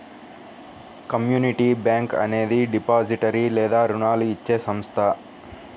community bank అనేది depository లేదా రుణాలు ఇచ్చే సంస్థ